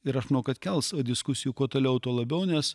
ir aš manau kad kels diskusijų kuo toliau tuo labiau nes